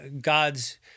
God's